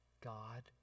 God